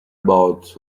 about